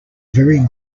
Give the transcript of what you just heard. very